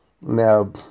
Now